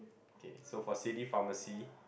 okay so for city pharmacy